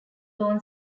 lawn